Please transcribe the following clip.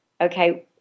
okay